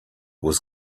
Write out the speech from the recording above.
was